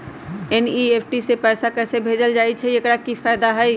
NEFT से पैसा कैसे भेजल जाइछइ? एकर की फायदा हई?